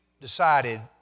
decided